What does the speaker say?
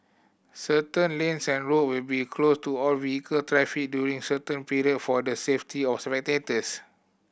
certain lanes and road will be closed to all vehicle traffic during certain period for the safety of spectators